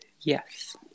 Yes